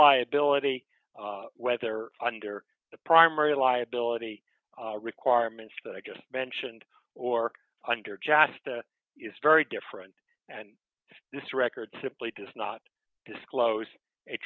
liability whether under the primary liability requirements that i just mentioned or under just is very different and this record simply does not disclose